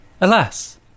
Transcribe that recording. alas